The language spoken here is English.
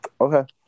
Okay